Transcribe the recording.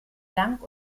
lang